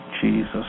Jesus